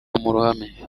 muruhame